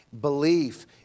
Belief